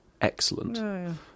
excellent